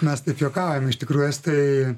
mes taip juokaujame iš tikrųjų estai